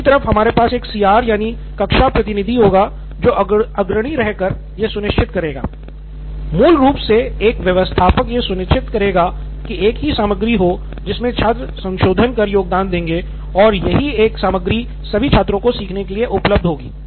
दूसरी तरफ हमारे पास एक सीआर यानि कक्षा प्रतिनिधि होगा जो अग्रणी रह कर यह सुनिश्चित करेगा निथिन कुरियन मूल रूप से एक व्यवस्थापक यह सुनिश्चित करेगा कि एक ही सामग्री हो जिसमे छात्र संशोधन कर योगदान देंगे और यही एक सामग्री सभी छात्रों को सीखने के लिए उपलब्ध होगी